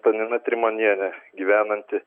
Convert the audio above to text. antanina trimonienė gyvenanti